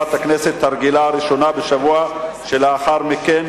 בישיבת הכנסת הרגילה הראשונה בשבוע שלאחר מכן,